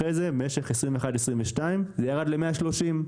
אחרי זה, ב-2021-2022 זה ירד ל-130 מיליון ₪.